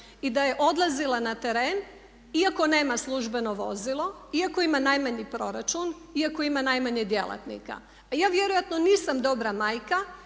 i da je odlazila na teren iako nema službeno vozilo, iako ima najmanji proračun, iako ima najmanje djelatnika. A ja vjerojatno nisam dobra majka